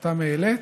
שאותם העלית,